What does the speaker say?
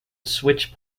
switch